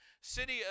city